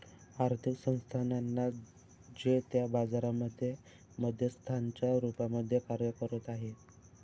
आर्थिक संस्थानांना जे त्या बाजारांमध्ये मध्यस्थांच्या रूपामध्ये कार्य करत आहे